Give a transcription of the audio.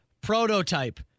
prototype